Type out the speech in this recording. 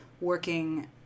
working